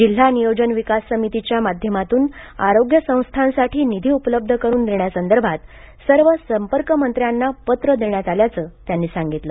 जिल्हा नियोजन विकास समितीच्या माध्यमातून आरोग्यसंस्थांसाठी निधी उपलब्ध करुन देण्यासंदर्भात सर्व संपर्क मंत्र्यांना पत्र देण्यात आल्याचे त्यांनी सांगितले